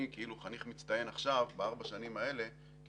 אני כאילו חניך מצטיין עכשיו בארבע השנים האלה כי